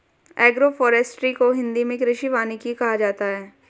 agroforestry को हिंदी मे कृषि वानिकी कहा जाता है